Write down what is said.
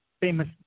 famous